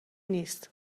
نیست